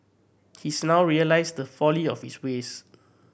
he's now realised the folly of his ways